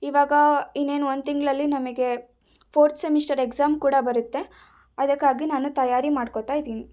ಈವಾಗ ಇನ್ನೇನು ಒಂದು ತಿಂಗಳಲ್ಲಿ ನಮಗೆ ಫೋರ್ಥ್ ಸೆಮಿಶ್ಟರ್ ಎಕ್ಸಾಮ್ ಕೂಡ ಬರತ್ತೆ ಅದಕ್ಕಾಗಿ ನಾನು ತಯಾರಿ ಮಾಡ್ಕೋತಾ ಇದ್ದೀನಿ